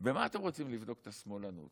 במה אתם רוצים לבדוק את השמאלנות?